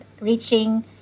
reaching